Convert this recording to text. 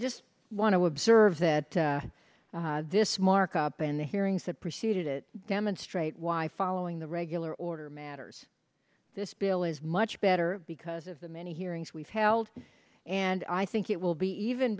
just want to observe that this markup in the hearings that preceded it demonstrate why following the regular order matters this bill is much better because of the many hearings we've held and i think it will be even